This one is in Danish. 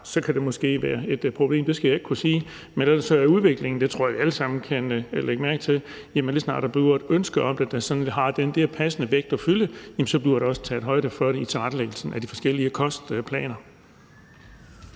kan det måske være et problem – det skal jeg ikke kunne sige – men ellers er det sådan i forhold til udviklingen, og det tror jeg vi alle sammen kan se, at lige så snart der dukker et ønske op, der har den der sådan passende vægt og fylde, så bliver der også taget højde for det i tilrettelæggelsen af de forskellige kostplaner.